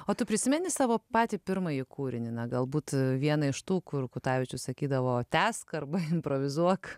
o tu prisimeni savo patį pirmąjį kūrinį na galbūt vieną iš tų kur kutavičius sakydavo tęsk arba improvizuok